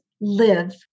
live